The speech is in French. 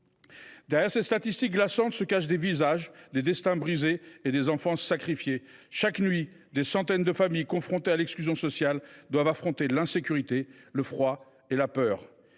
Derrière ces statistiques glaçantes se cachent des visages, des destins brisés et des enfances sacrifiées. Chaque nuit, des centaines de familles confrontées à l’exclusion sociale doivent affronter l’insécurité, le froid et la peur.